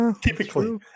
typically